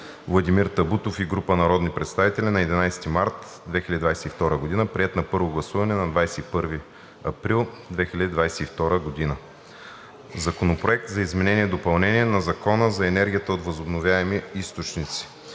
Владимир Табутов и група народни представители на 11 март 2022 г., приет на първо гласуване на 21 април 2022 г. „Законопроект за изменение и допълнение на Закона за енергията от възобновяеми източници“.“